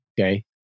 Okay